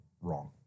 wrong